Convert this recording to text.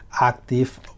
active